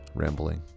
rambling